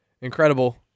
incredible